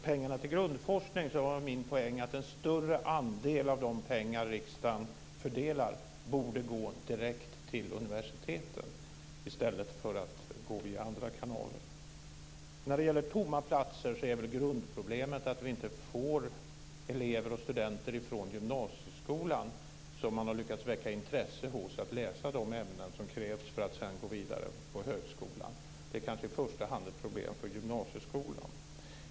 Herr talman! När det gäller pengarna till grundforskning var min poäng att en större andel av de pengar riksdagen fördelar borde gå direkt till universiteten i stället för via andra kanaler. När det gäller tomma platser är grundproblemet att vi inte får elever och studenter från gymnasieskolan, som man har lyckats väcka intresse hos, att läsa de ämnen som krävs för att sedan gå vidare på högskolan. Det är kanske i första hand ett problem för gymnasieskolan.